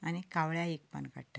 आनी कावळ्याक एक पान काडटात